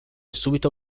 subito